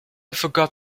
forgot